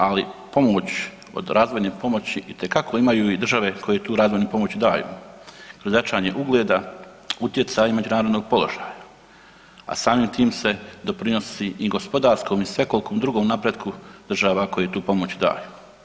Ali pomoć od razvojne pomoći itekako imaju i države koje tu razvojnu pomoć daju kroz jačanja ugleda, utjecaja i međunarodnog položaja, a samim tim se doprinosi i gospodarskom i svekolikom drugom napretku država koje tu pomoć daju.